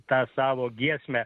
tą savo giesmę